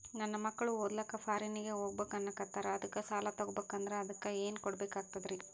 ನನ್ನ ಮಕ್ಕಳು ಓದ್ಲಕ್ಕ ಫಾರಿನ್ನಿಗೆ ಹೋಗ್ಬಕ ಅನ್ನಕತ್ತರ, ಅದಕ್ಕ ಸಾಲ ತೊಗೊಬಕಂದ್ರ ಅದಕ್ಕ ಏನ್ ಕೊಡಬೇಕಾಗ್ತದ್ರಿ?